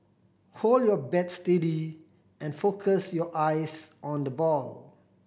hold your bat steady and focus your eyes on the ball